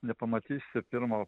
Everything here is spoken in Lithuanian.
nepamatysi pirmo